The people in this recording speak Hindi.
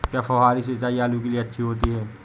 क्या फुहारी सिंचाई आलू के लिए अच्छी होती है?